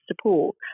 support